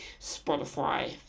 Spotify